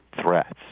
threats